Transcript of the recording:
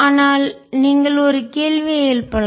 ஆனால் நீங்கள் ஒரு கேள்வியை எழுப்பலாம்